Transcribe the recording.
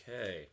Okay